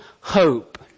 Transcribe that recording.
hope